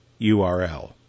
URL